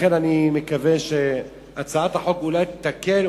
לכן אני מקווה שהצעת החוק אולי תתקן,